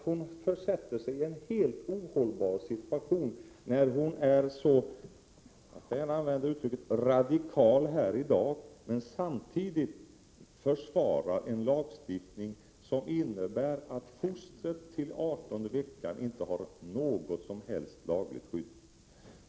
Hon försätter sig i en helt ohållbar situation, då hon är så radikal här i dag men samtidigt försvarar en lagstiftning, som innebär att fostret intill artonde veckan inte har något som helst lagligt skydd.